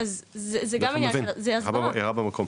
הערה במקום.